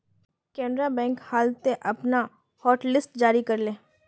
Canara bank हाल त अपनार हॉटलिस्ट जारी कर ले